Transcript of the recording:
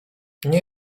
nie